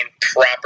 proper